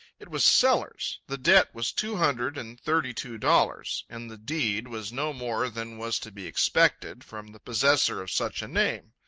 it was sellers the debt was two hundred and thirty-two dollars and the deed was no more than was to be expected from the possessor of such a name.